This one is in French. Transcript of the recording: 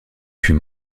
fut